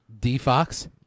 D-Fox